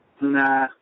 Nah